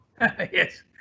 Yes